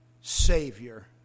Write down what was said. Savior